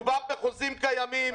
מדובר בחוזים קיימים.